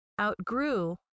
outgrew